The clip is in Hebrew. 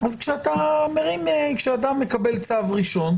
אז כשאדם מקבל צו ראשון,